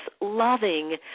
loving